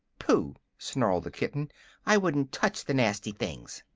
phoo! snarled the kitten i wouldn't touch the nasty things!